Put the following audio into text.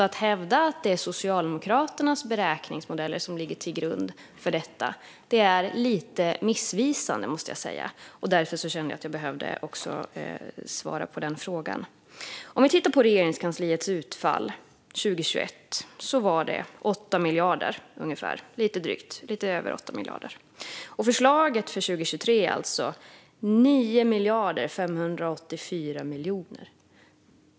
Att hävda att det är Socialdemokraternas beräkningsmodeller som ligger till grund för detta är alltså lite missvisande, måste jag säga. Därför kände jag att jag behövde svara på den frågan. Om vi tittar på Regeringskansliets utfall 2021 var det lite över 8 000 miljoner. Förslaget för 2023 är 9 584 miljoner.